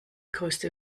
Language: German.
größte